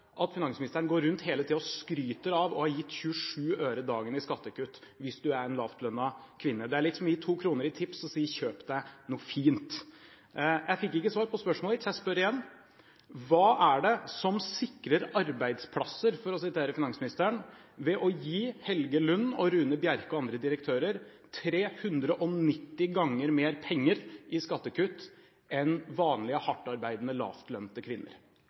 at finansministeren hele tiden går rundt og skryter av å ha gitt 27 øre dagen i skattekutt hvis du er en lavtlønnet kvinne. Det er litt som å gi 2 kr i tips og si: Kjøp deg noe fint. Jeg fikk ikke svar på spørsmålet mitt, så jeg spør igjen: Hva er det som sikrer arbeidsplasser, for å sitere finansministeren, ved å gi Helge Lund, Rune Bjerke og andre direktører 390 ganger mer penger i skattekutt enn vanlige